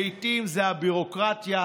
לעיתים זו הביורוקרטיה,